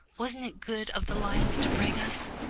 wasn't it good of the lions to bring us?